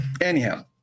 anyhow